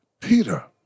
Peter